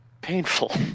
painful